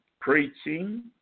preaching